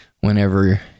whenever